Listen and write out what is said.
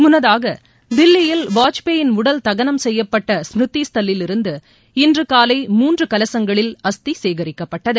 முன்னதாக தில்லியில் வாஜ்பாயின் உடல் தகனம் செய்யப்பட்ட ஸ்மிருதி ஸ்தல்லில் இருந்து இன்று காலை மூன்று கலசங்களில் அஸ்தி சேகரிக்கப்பட்டது